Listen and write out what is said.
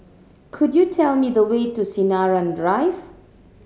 could you tell me the way to Sinaran Drive